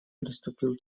переступил